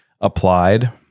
applied